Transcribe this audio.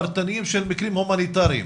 פרטניים של מקרים הומניטריים.